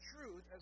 truth